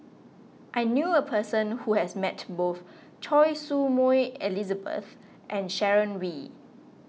I knew a person who has met both Choy Su Moi Elizabeth and Sharon Wee